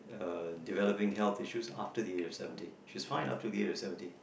her developing health issues after the age of seventy she's fine up till the age of seventy